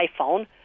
iPhone